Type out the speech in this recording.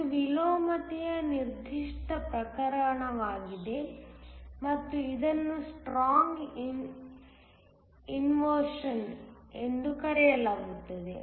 ಇದು ವಿಲೋಮತೆಯ ನಿರ್ದಿಷ್ಟ ಪ್ರಕರಣವಾಗಿದೆ ಮತ್ತು ಇದನ್ನು ಸ್ಟ್ರಾಂಗ್ ಇನ್ವರ್ಶನ್ ಎಂದು ಕರೆಯಲಾಗುತ್ತದೆ